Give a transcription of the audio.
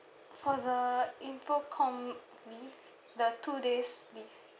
for the infant com leave the two days leave